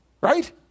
right